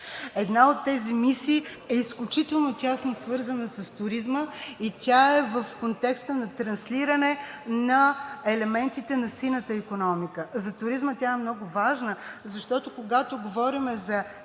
Една от тези мисии е изключително тясно свързана с туризма и тя е в контекста на транслиране на елементите на синята икономика. За туризма тя е много важна, защото, когато говорим за